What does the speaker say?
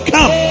Come